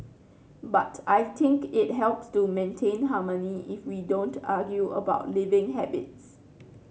but I think it helps to maintain harmony if we don't argue about living habits